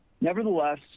Nevertheless